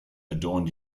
adorned